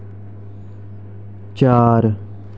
चार